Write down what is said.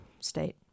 state